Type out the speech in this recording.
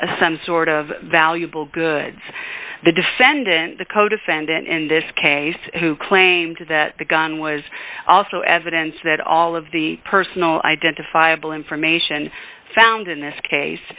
protect some sort of valuable goods the defendant the codefendant in this case who claimed that the gun was also evidence that all of the personal identifiable information found in this case